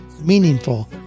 meaningful